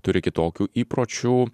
turi kitokių įpročių